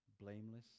blameless